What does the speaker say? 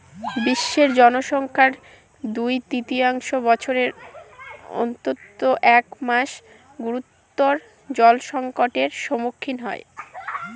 বিশ্বের জনসংখ্যার দুই তৃতীয়াংশ বছরের অন্তত এক মাস গুরুতর জলসংকটের সম্মুখীন হয়